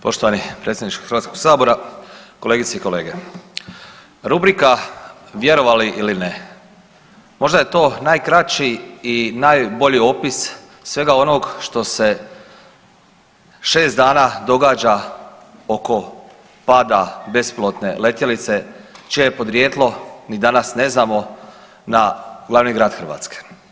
Poštovani predsjedniče Hrvatskog sabora, kolegice i kolege, rubrika vjerovali ili ne, možda je to najkraći i najbolji opis svega onog što se 6 dana događa oko pada bespilotne letjelice čije podrijetlo ni danas ne znamo na glavni grad Hrvatske.